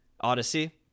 Odyssey